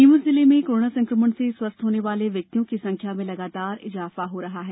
नीमच जिले में कोरोना संक्रमण से स्वस्थ होने वाले व्यक्तियों की संख्या में लगातार इजाफा हो रहा है